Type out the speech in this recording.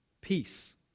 peace